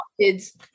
kids